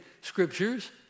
scriptures